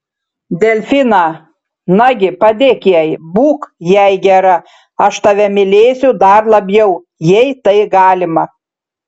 delfiną nagi padėk jai būk jai gera aš tave mylėsiu dar labiau jei tai galima